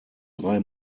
drei